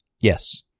Yes